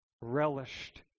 relished